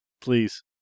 Please